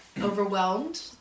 overwhelmed